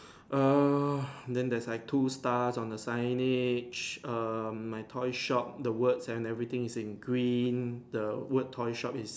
err then there is like two star on the signage um my toy shop the words and everything is in green the word toy shop is